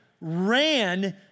ran